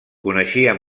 coneixia